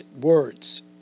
words